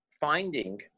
finding